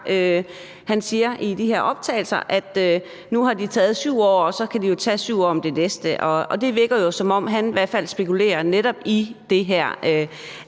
Jakob, i de her optagelser siger, at nu har de været 7 år om det, og så kan de jo være 7 år om det næste. Det virker jo, som om han i hvert fald spekulerer netop i det her